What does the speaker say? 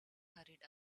hurried